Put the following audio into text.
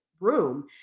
room